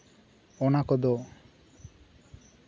ᱚᱱᱟ ᱠᱚᱫᱚ